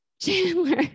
Chandler